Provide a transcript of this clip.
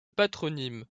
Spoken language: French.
patronyme